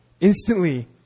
instantly